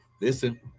listen